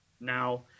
now